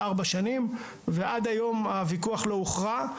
ארבע שנים ועד היום הוויכוח לא הוכרע.